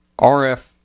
RF